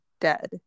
dead